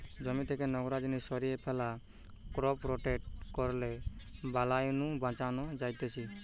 জমি থেকে নোংরা জিনিস সরিয়ে ফ্যালা, ক্রপ রোটেট করলে বালাই নু বাঁচান যায়তিছে